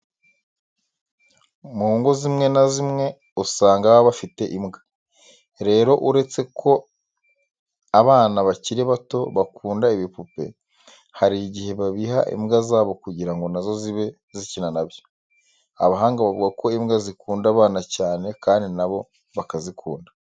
Mu ngo zimwe na zimwe usanga baba bafite imbwa. Rero uretse ko abana bakiri bato bakunda ibipupe, hari igihe babiha imbwa zabo kugira ngo na zo zibe zikina na byo. Abahanga bavuga ko imbwa zikunda abana cyane kandi na bo bakazikunda.